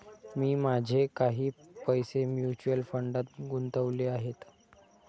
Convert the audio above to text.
मी माझे काही पैसे म्युच्युअल फंडात गुंतवले आहेत